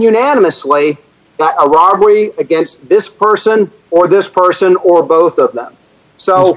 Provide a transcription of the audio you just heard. unanimously a robbery against this person or this person or both so the s